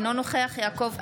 אינו נוכח יעקב אשר,